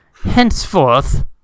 henceforth